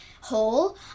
hole